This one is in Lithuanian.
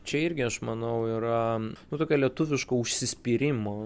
čia irgi aš manau yra nu tokio lietuviško užsispyrimo